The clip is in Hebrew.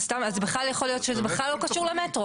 אז סתם, אז בכלל יכול להיות שזה לא קשור למטרו.